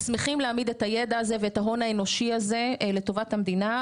שמחים להעמיד את הידע הזה ואת ההון האנושי הזה לטובת המדינה.